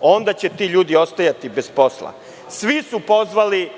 onda će ti ljudi ostajati bez posla. Svi su pozvali